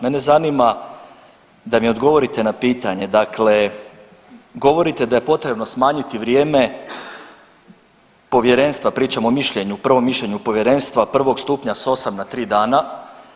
Mene zanima da mi odgovorite na pitanje, dakle govorite da je potrebno smanjiti vrijeme povjerenstva, pričam o mišljenju, prvom mišljenju povjerenstva prvog stupnja s 8 na 3 dana.